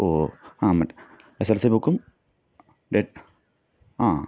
ഓഹ് ആ മറ്റെ S S L C ബുക്കിൻ്റെ ആ